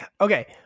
Okay